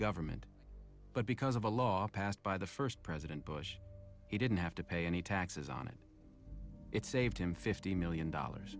government but because of a law passed by the first president bush he didn't have to pay any taxes on it it saved him fifty million dollars